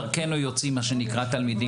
דרכנו יוצאים תלמידים.